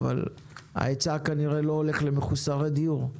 אבל ההיצע כנראה לא הולך למחוסרי דיור,